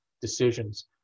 decisions